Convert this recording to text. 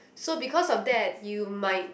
so because of that you might